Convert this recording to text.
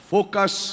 Focus